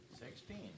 Sixteen